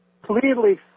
clearly